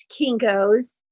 Kinko's